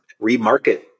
Remarket